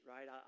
Right